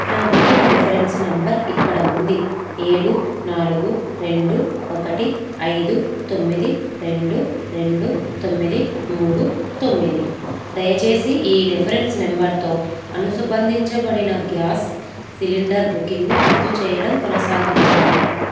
నా booking reference number ఇక్కడ ఉంది ఏడు నాలుగు రెండు ఒకటి ఐదు తొమ్మిది రెండు రెండు తొమ్మిది మూడు తొమ్మిది దయచేసి ఈ రిఫరెన్స్ నెంబర్తో అనుబంధించబడిన గ్యాస్ సిలిండర్ బుకింగ్ను రద్దు చేయడం కొనసాగించండి